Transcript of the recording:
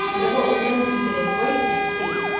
and at what was then considered breakneck speed.